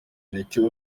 nicyo